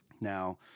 Now